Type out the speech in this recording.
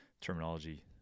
terminology